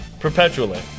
Perpetually